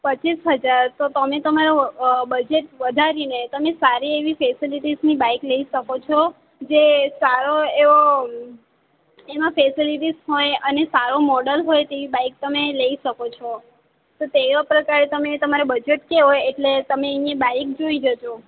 પચીસ હજાર તો તમે તમારો બજેટ વધારીને તમે સારી એવી ફેસિલિટીસની બાઇક લઈ શકો છો જે સારો એવો એમાં ફેસિલિટીસ હોય અને સારો મોડલ હોય તેવી બાઇક તમે લઈ શકો છો તેવા પ્રકાર તમે બજેટ કહો એટલે તમે એની બાઇક જોઈ જજો